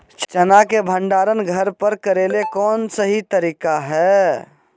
चना के भंडारण घर पर करेले कौन सही तरीका है?